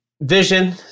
vision